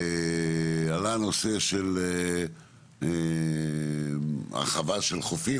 עלה הנושא של הרחבה של חופים.